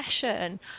session